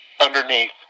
Underneath